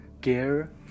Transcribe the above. gear